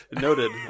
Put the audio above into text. Noted